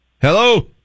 Hello